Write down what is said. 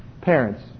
parents